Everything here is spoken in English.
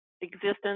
existence